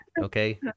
Okay